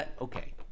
okay